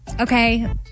okay